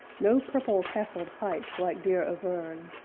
no purple-castled heights, like dear auvergne,